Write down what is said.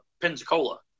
Pensacola